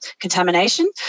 contamination